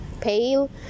pale